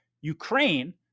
Ukraine